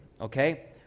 Okay